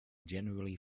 generally